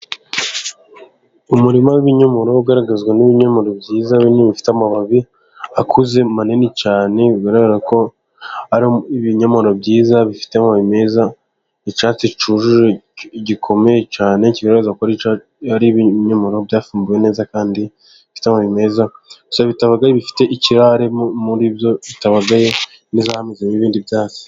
Umurima w'ibinyomoro ugaragazwa n'ibinyomoro byiza binini bifite amababi akuze manini cyane, bigaragara ko ari ibinyomoro byiza bifite amababi meza, icyatsi gikomeye cyane bigaragara ko ari ibinyomoro byafumbiwe neza, kandi bifite amababi meza gusa bitabagaye bifite ikirare muri byo bimeze nkaho hameze mo n'ibindi byatsi